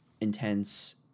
intense